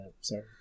Sorry